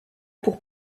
pour